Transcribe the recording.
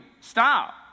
Stop